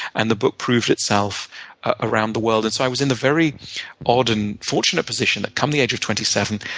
and the book proved itself around the world. and so i was in the very odd and fortunate position that come the age of twenty seven,